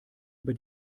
über